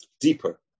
deeper